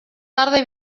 tarde